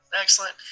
Excellent